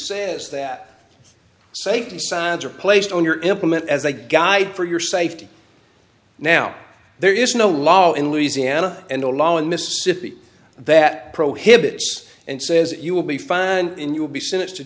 says that safety signs are placed on your employment as a guide for your safety now there is no law in louisiana and the law in mississippi that prohibits and says you will be fine and you'll be sentenced to